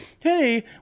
hey